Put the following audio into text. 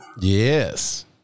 yes